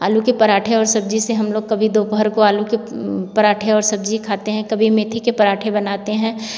आलू के पराठे और सब्जी से हम लोग कभी दोपहर को आलू के पराठे और सब्जी खाते हैं कभी मेथी के पराठे बनाते हैं